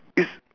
it's